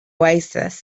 oasis